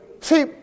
See